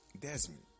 Desmond